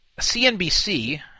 CNBC